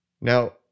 Now